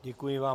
Děkuji vám.